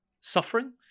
suffering